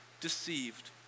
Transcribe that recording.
deceived